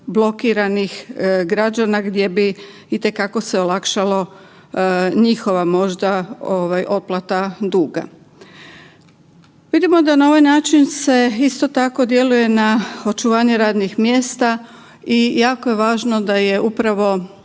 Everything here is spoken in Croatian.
blokiranih građana gdje bi itekako se olakšalo njihova možda ovaj otplata duga. Vidimo da na ovaj način se isto tako djeluje na očuvanje radnih mjesta i jako je važno da je upravo